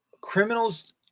criminals